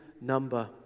number